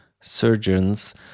surgeons